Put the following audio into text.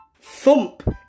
thump